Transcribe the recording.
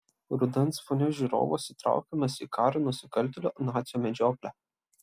rudens fone žiūrovas įtraukiamas į karo nusikaltėlio nacio medžioklę